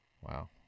Wow